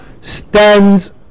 stands